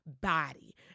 body